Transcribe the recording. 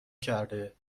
کرده